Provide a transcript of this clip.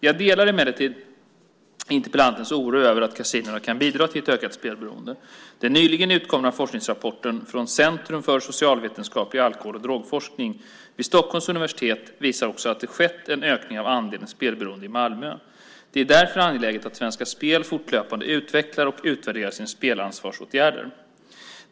Jag delar emellertid interpellantens oro över att kasinona kan bidra till ökat spelberoende. Den nyligen utkomna forskningsrapporten från Centrum för socialvetenskaplig alkohol och drogforskning vid Stockholms universitet visar också att det skett en ökning av andelen spelberoendeproblem i Malmö. Det är därför angeläget att Svenska Spel fortlöpande utvecklar och utvärderar sina spelansvarsåtgärder.